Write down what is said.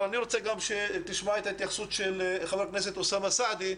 אני רוצה שתשמע גם את ההתייחסות של חבר הכנסת אוסמה סעדי,